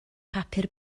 papur